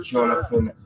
Jonathan